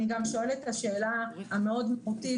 אני גם שואלת את השאלה המאוד מהותית,